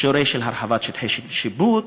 אישור של הרחבת שטחי שיפוט,